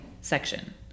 section